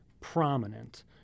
prominent